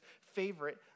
favorite